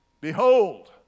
behold